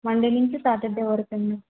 Monday నుంచి Saturday వరుకు అమ్మా